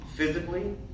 physically